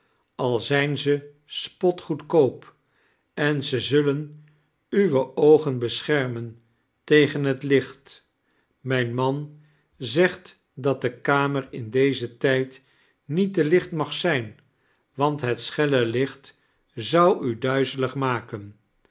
al zijn ze spotgoedkoop en ze zullen uwe oogen beschermen tegen het licht mijn man zegt dat de kamer in dezen tijd niet te licht mag zijn want het schelle licht zou u duizelig maken